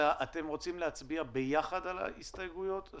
אתם רוצים להצביע ביחד על ההסתייגויות?